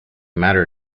matter